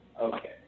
okay